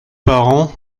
parent